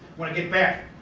when i get back,